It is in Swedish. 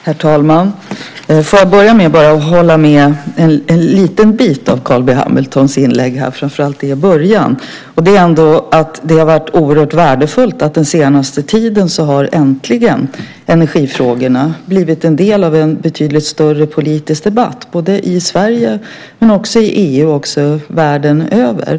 Herr talman! Jag kan hålla med om en liten del i Carl B Hamiltons inlägg, framför allt det som han sade i början, nämligen att det har varit oerhört värdefullt att energifrågorna under den senaste tiden äntligen har blivit en del av en betydligt större politisk debatt i Sverige, i EU och världen över.